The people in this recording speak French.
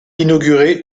inauguré